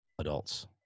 adults